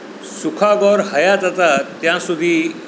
સૂખા ગોર હયાત હતા ત્યાં સુધી